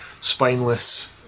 spineless